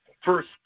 first